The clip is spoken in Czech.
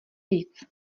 víc